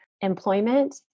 employment